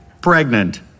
Pregnant